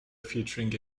featuring